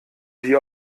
die